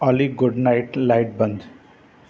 ऑली good night light बंदि